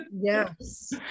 yes